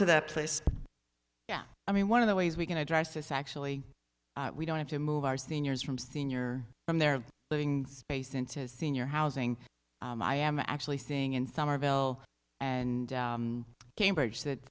to that place yeah i mean one of the ways we can address this actually we don't have to move our seniors from senior from their living space into senior housing i am actually seeing in somerville and cambridge that